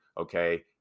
Okay